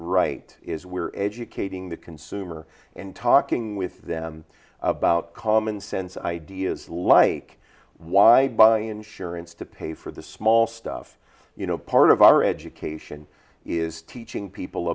right is we're educating the consumer and talking with them about common sense ideas like why buy insurance to pay for the small stuff you know part of our education is teaching people